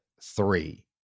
three